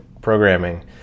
programming